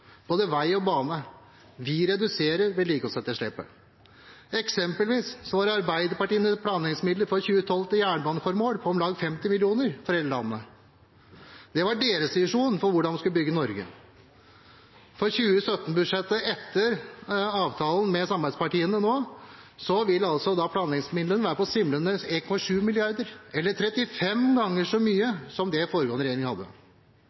både vei og bane. Vi reduserer vedlikeholdsetterslepet. Eksempelvis var Arbeiderpartiets planleggingsmidler til jernbaneformål i 2012 på om lag 50 mill. kr for hele landet. Det var deres visjon for hvordan man skulle bygge Norge. I 2017-budsjettet, etter avtalen med samarbeidspartiene, vil planleggingsmidlene være på svimlende 1,7 mrd. kr, eller 35 ganger så mye som det forrige regjering hadde.